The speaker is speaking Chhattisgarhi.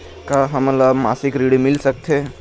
का हमन ला मासिक ऋण मिल सकथे?